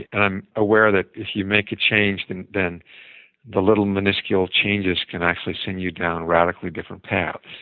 and i'm aware that if you make a change, then then the little, miniscule changes can actually send you down radically different paths.